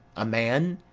a man,